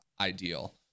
ideal